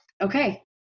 Okay